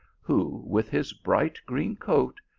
who, with his bright green coat,